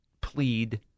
plead